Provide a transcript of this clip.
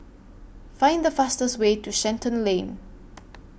Find The fastest Way to Shenton Lane